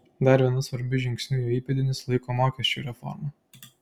dar vienu svarbiu žingsniu jo įpėdinis laiko mokesčių reformą